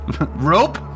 rope